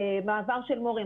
מעבר של מורים,